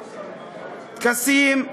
טקסים,